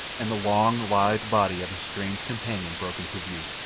and the long, lithe body of his strange companion broke into view.